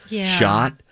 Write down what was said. shot